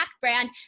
brand